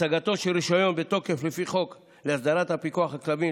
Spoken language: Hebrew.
הצגתו של רישיון בתוקף לפי חוק להסדרת הפיקוח על כלבים,